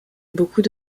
beaucoup